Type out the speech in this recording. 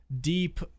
deep